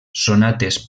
sonates